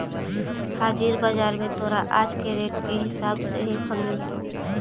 हाजिर बाजार में तोरा आज के रेट के हिसाब से ही फल मिलतवऽ